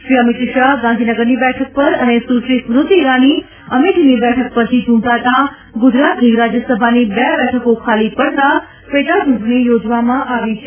શ્રી અમીત શાહ ગાંધીનગરની બેઠક પર અને સુશ્રી સ્મૂતિ ઇરાની અમેઠીની બેઠક પરથી ચૂંટાતાં ગુજરાતની રાજયસભાની બે બેઠકો ખાલી પડતાં પેટાચૂંટણી યોજવામાં આવી છે